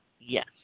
Yes